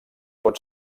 pot